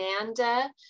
Amanda